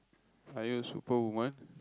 are you a super woman